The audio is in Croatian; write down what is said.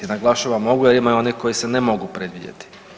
Naglašavam mogu jer ima i onih koji se ne mogu predvidjeti.